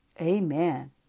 Amen